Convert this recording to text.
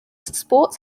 sports